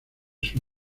sus